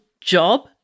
job